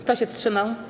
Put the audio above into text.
Kto się wstrzymał?